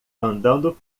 andando